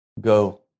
go